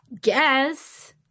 guess